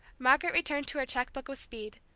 margaret returned to her cheque-book with speed.